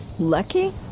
Lucky